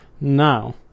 Now